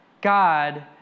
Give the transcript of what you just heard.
God